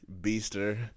Beaster